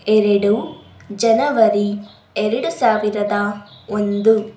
ಎರಡು ಜನವರಿ ಎರಡು ಸಾವಿರದ ಒಂದು